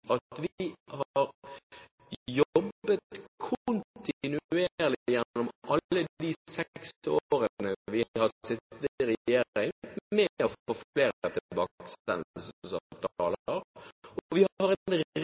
at vi har jobbet kontinuerlig gjennom alle de seks årene vi har sittet i regjering, med å få flere tilbakesendelsesavtaler. Vi har en rekke nye tilbakesendelsesavtaler og et